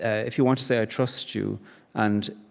ah if you want to say i trust you and,